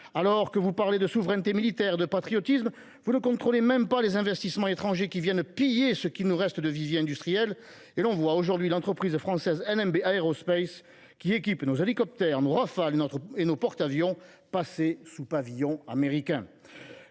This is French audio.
! Vous parlez de souveraineté militaire et de patriotisme ? Vous ne contrôlez même pas les investissements étrangers qui viennent piller ce qui nous reste de vivier industriel ! Et l’on voit aujourd’hui l’entreprise française LMB Aerospace, qui équipe nos hélicoptères, nos Rafales et nos porte avions, passer sous pavillon américain…